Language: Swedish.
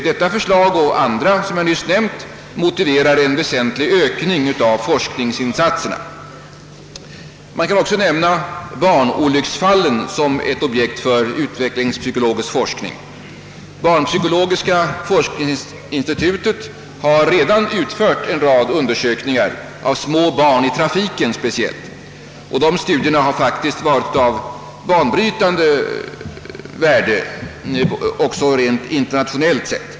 Detta förslag och andra som jag nyss nämnt motiverar en väsentlig ökning av forskningsinsatserna. Man kan också nämna barnolycksfallen som ett objekt för utvecklingspsykologisk forskning. Barnpsykologiska forskningsinstitut har redan utfört en rad undersökningar av små barn i trafiken speciellt, och dessa studier har faktiskt varit av banbrytande värde även internationellt sett.